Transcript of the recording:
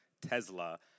Tesla